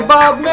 Bob